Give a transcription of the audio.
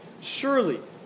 Surely